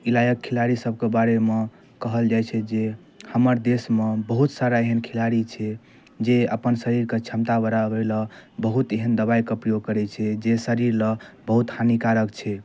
लायक खिलाड़ी सबके बारेमे कहल जाइ छै जे हमर देशमे बहुत सारा एहन खिलाड़ी छै जे अपन शरीरके क्षमता बढ़ाबै लए बहुत एहन दबाइके प्रयोग करै छै जे शरीर लए बहुत हानिकारक छै